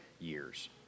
years